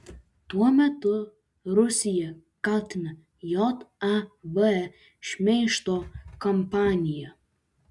tuo metu rusija kaltina jav šmeižto kampanija